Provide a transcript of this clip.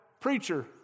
preacher